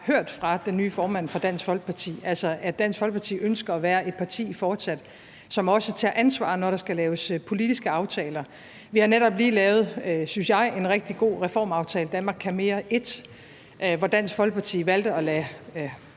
hørt fra den nye formand for Dansk Folkeparti, altså at Dansk Folkeparti fortsat ønsker at være et parti, som også tager ansvar, når der skal laves politiske aftaler. Vi har netop lavet, synes jeg, en rigtig god reformaftale, »Danmark kan mere I«, hvor Dansk Folkeparti valgte at lade